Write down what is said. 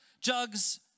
jugs